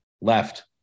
left